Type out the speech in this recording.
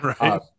Right